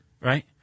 right